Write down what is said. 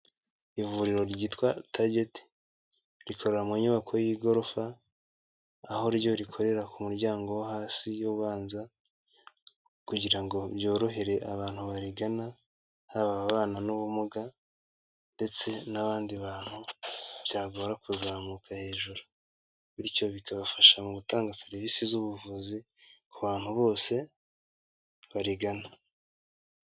Ivuriro ryitwa Target rikorera mu nyubako y'igorofa aho ryo rikorera ku muryango wo hasi ubanza kugira ngo byorohere abantu barigana, haba ababana n'ubumuga ndetse n'abandi bantu byagora kuzamuka hejuru bityo bikabafasha mu gutanga serivisi z'ubuvuzi ku bantu bose barigana.